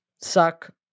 suck